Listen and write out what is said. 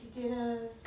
dinners